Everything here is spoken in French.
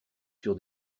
sur